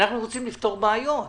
אנחנו רוצים לפתור בעיות.